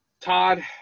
Todd